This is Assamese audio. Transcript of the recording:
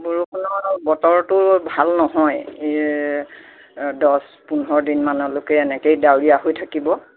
বৰষুণৰ বতৰটো ভাল নহয় ই দহ পোন্ধৰ দিনমানলৈকে এনেকেই ডাৱৰীয়া হৈ থাকিব